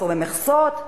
מחסור במכסות.